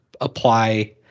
apply